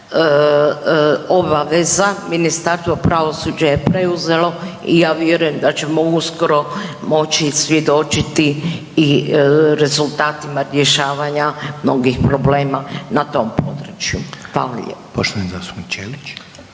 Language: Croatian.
obaveza Ministarstvo pravosuđa je preuzelo i ja vjerujem da ćemo uskoro moći svjedočiti i rezultatima rješavanja mnogih problema na tom području. Hvala lijepo.